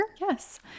yes